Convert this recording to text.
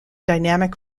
dynamic